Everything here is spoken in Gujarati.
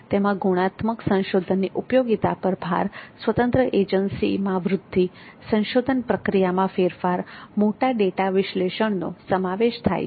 તેમાં ગુણાત્મક સંશોધનની ઉપયોગિતા પર ભાર સ્વતંત્ર એજન્સીમાં વૃદ્ધિ સંશોધન પ્રક્રિયામાં ફેરફાર મોટા ડેટા વિશ્લેષણનો સમાવેશ થાય છે